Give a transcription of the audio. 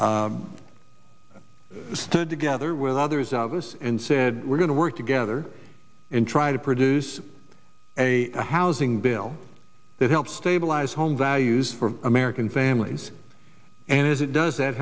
mcconnell stood together with others of us and said we're going to work together and try to produce a housing bill that helps stabilize home values for american families and as it does that